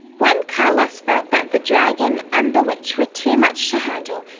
when carlos felt that the dragon and the witch were too much to handle,